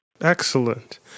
Excellent